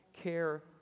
care